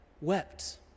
wept